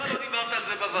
למה לא דיברת על זה בוועדה?